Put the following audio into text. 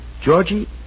Georgie